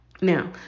Now